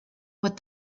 what